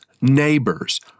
neighbors